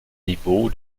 niveau